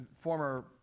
former